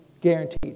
Guaranteed